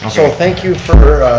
and so thank you for,